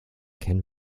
can